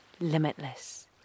limitless